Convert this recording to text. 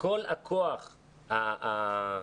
כל הכוח האפשרי